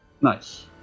nice